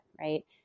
right